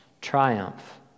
triumph